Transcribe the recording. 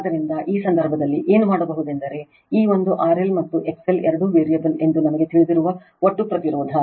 ಆದ್ದರಿಂದ ಈ ಸಂದರ್ಭದಲ್ಲಿ ಏನು ಮಾಡಬಹುದೆಂದರೆ ಈ ಒಂದು RL ಮತ್ತು XL ಎರಡೂ ವೇರಿಯಬಲ್ ಎಂದು ನಮಗೆ ತಿಳಿದಿರುವ ಒಟ್ಟು ಪ್ರತಿರೋಧ